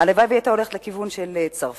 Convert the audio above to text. הלוואי שהיא היתה הולכת לכיוון של צרפת,